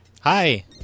Hi